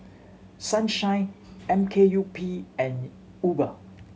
Sunshine M K U P and Uber